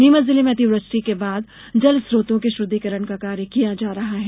नीमच जिले में अतिवृष्टि के बाद जलस्रोतों के शुद्धिकरण का कार्य किया जा रहा है